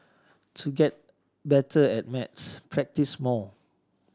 to get better at maths practise more